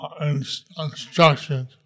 instructions